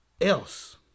else